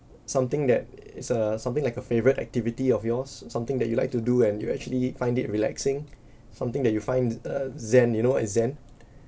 something that is a something like a favourite activity of yours something that you like to do and you actually find it relaxing something that you find a zen you know what is zen